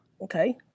Okay